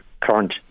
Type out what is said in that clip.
current